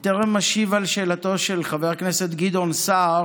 בטרם אשיב על שאלתו של חבר הכנסת גדעון סער,